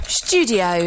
studio